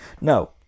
No